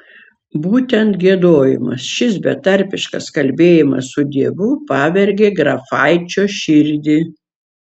būtent giedojimas šis betarpiškas kalbėjimas su dievu pavergė grafaičio širdį